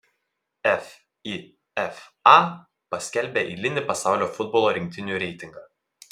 fifa paskelbė eilinį pasaulio futbolo rinktinių reitingą